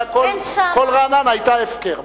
כל רעננה היתה הפקר,